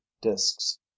discs